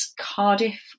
Cardiff